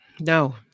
no